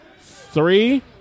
Three